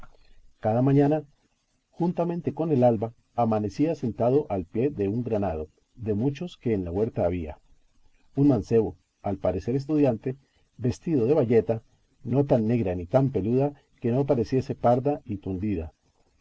cada mañana juntamente con el alba amanecía sentado al pie de un granado de muchos que en la huerta había un mancebo al parecer estudiante vestido de bayeta no tan negra ni tan peluda que no pareciese parda y tundida